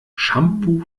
shampoo